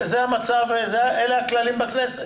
אלה הכללים בכנסת.